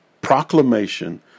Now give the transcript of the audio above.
proclamation